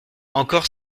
encore